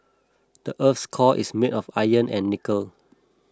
the earth's core is made of iron and nickel